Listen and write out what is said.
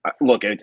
Look